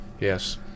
Yes